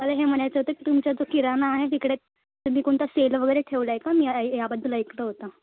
मला हे म्हणायचं होतं की तुमच्या जो किराणा आहे तिकडे तुम्ही कोणता सेल वगैरे ठेवला आहे का मी याबद्दल ऐकलं होतं